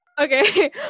okay